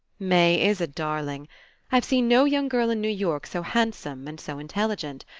may is a darling i've seen no young girl in new york so handsome and so intelligent.